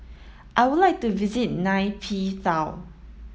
I would like to visit Nay Pyi Taw